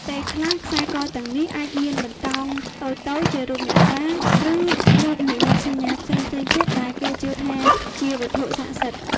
ពេលខ្លះ ខ្សែកទាំងនេះអាចមានបន្តោងតូចៗជារូបអ្នកតា ឬរូបនិមិត្តសញ្ញាផ្សេងទៀតដែលគេជឿថាជាវត្ថុស័ក្តិសិទ្ធិ។